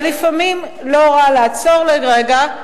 אבל לפעמים לא רע לעצור לרגע,